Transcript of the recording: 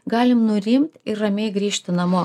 galim nurimt ir ramiai grįžti namo